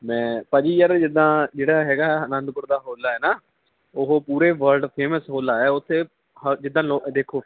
ਮੈਂ ਭਾਅ ਜੀ ਯਾਰ ਜਿੱਦਾਂ ਜਿਹੜਾ ਹੈਗਾ ਅਨੰਦਪੁਰ ਦਾ ਹੋਲਾ ਹੈ ਨਾ ਉਹ ਪੂਰੇ ਵਰਲਡ ਫੇਮਸ ਹੋਲਾ ਹੈ ਉੱਥੇ ਜਿੱਦਾਂ ਲੋਕ ਦੇਖੋ